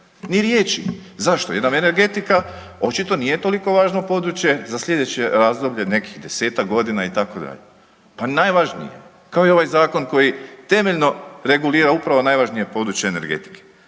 ni riječi. Zašto? Jer nam energetika očito nije toliko važno područje za sljedeće razdoblje nekih desetak godina itd. Pa najvažnije kao i ovaj zakon koji temeljno regulira upravo najvažnije područje energetike